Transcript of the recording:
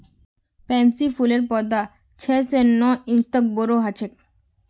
pansy फूलेर पौधा छह स नौ इंच तक बोरो ह छेक